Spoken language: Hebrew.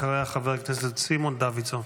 אחריה, חבר הכנסת סימון דוידסון.